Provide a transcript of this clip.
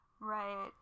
Right